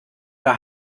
der